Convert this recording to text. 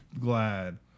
glad